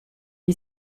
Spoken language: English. you